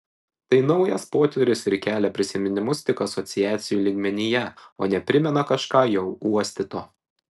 tai naujas potyris ir kelia prisiminimus tik asociacijų lygmenyje o ne primena kažką jau uostyto